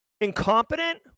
incompetent